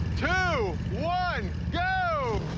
two, one go!